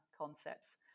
concepts